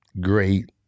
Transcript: great